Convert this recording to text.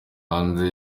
hanze